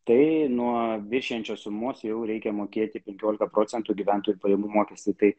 tai nuo viršijančios sumos jau reikia mokėti penkiolika procentų gyventojų pajamų mokestį tai